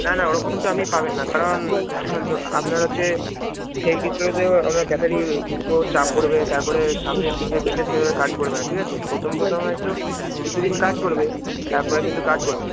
না না ওরকম তো আপনি পাবেন না কারণ আপনার হচ্ছে ফেক ডিসপ্লেতেও আপনার ব্যাটারি পুরো চাপ পড়বে তারপরে সামনে ফিঙ্গার প্রিন্টটা সেভাবে কাজ করবে না ঠিক আছে প্রথম প্রথম হয়তো কিছু দিন কাজ করবে তারপরে কিন্তু কাজ করবে না